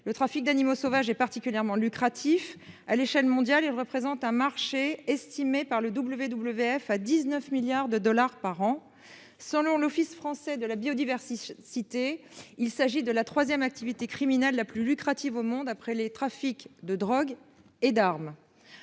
le trafic d'animaux sauvages est particulièrement lucratif à l'échelle mondiale et représentent un marché estimé par le WWF à 19 milliards de dollars par an, selon l'Office français de la biodiversité cité. Il s'agit de la 3ème activité criminelle la plus lucrative, au monde après les trafics de drogue et d'armes.